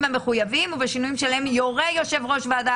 המחויבים ובשינויים שעליהם יורה יושב-ראש הוועדה